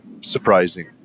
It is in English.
surprising